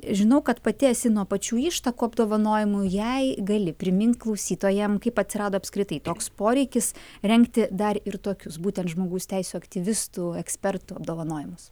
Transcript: žinau kad pati esi nuo pačių ištakų apdovanojimų jei gali primint klausytojam kaip atsirado apskritai toks poreikis rengti dar ir tokius būtent žmogaus teisių aktyvistų ekspertų apdovanojimus